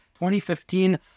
2015